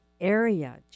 area